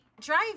Drive